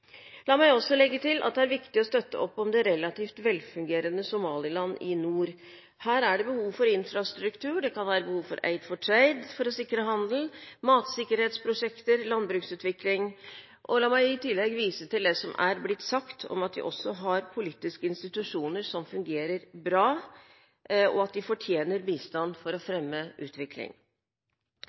La meg også legge til at det er viktig å støtte opp om det relativt velfungerende Somaliland i nord. Her er det behov for infrastruktur. Det kan være behov for «Aid for Trade» for å sikre handel, matsikkerhetsprosjekter og landbruksutvikling. La meg i tillegg vise til det som er blitt sagt, at de har politiske institusjoner som fungerer bra, og at de fortjener bistand for å fremme utvikling.